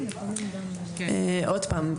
עוד פעם,